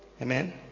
Amen